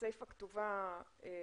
הסיפה כתובה בלשון